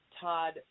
Todd